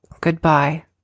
goodbye